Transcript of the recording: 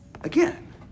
Again